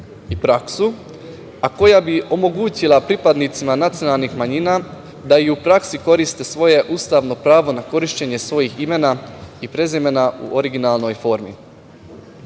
i praksu a koja bi omogućila pripadnicima nacionalnih manjina da i u praksi koriste svoje ustavno pravo na korišćenje svojih imena i prezimena u originalnoj formi. Na